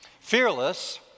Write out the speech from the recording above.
Fearless